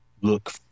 look